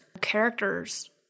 characters